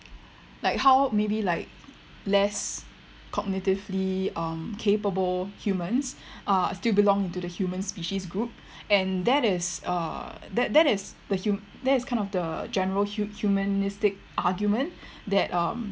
like how maybe like less cognitively um capable humans uh still belong to the human species group and that is uh that that is the hu~ that is kind of the general hu~ humanistic argument that um